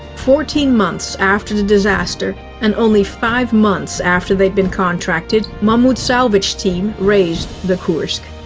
fourteen months after the disaster, and only five months after they'd been contracted, mammoet's salvage team raised the kursk.